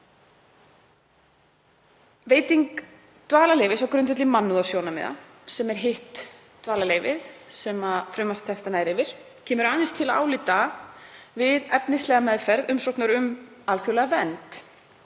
Veiting dvalarleyfis á grundvelli mannúðarsjónarmiða, sem er hitt dvalarleyfið sem frumvarpið nær yfir, kemur aðeins til álita við efnislega meðferð umsóknar um alþjóðlega vernd